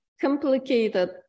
complicated